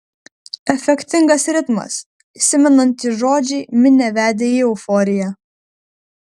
efektingas ritmas įsimenantys žodžiai minią vedė į euforiją